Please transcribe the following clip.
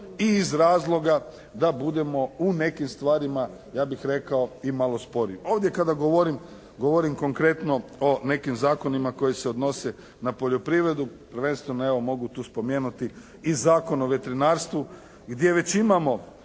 i iz razloga da budemo u nekim stvarima, ja bih rekao i malo sporiji. Ovdje kada govorim konkretno o nekim zakonima koji se odnose na poljoprivredu, prvenstveno evo, mogu tu spomenuti i Zakon o veterinarstvu gdje već imamo